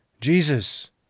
Jesus